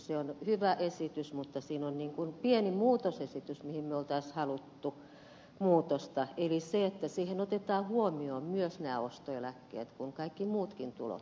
se on hyvä esitys mutta siinä on pieni kohta mihin me olisimme halunneet muutosta eli se että siinä otetaan huomioon myös nämä ostoeläkkeet kun kaikki muutkin tulot huomioidaan